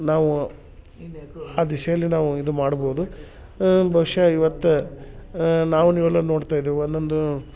ನಾವು ಆ ದಿಶೆಯಲ್ಲಿ ನಾವು ಇದು ಮಾಡ್ಬೋದು ಬಹುಷಃ ಇವತ್ತು ನಾವು ನೀವೆಲ್ಲ ನೋಡ್ತಾ ಇದೇವೆ ಒಂದೊಂದು